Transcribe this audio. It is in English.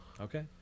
Okay